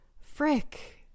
Frick